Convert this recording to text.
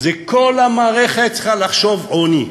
כל המערכת צריכה לחשוב עוני,